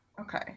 Okay